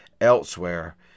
elsewhere